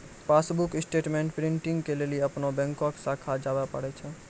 passbook statement printing के लेली अपनो बैंको के शाखा जाबे परै छै